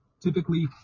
Typically